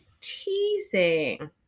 Teasing